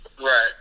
right